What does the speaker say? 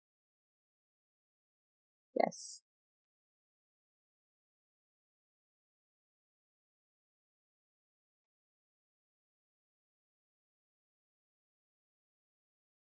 yes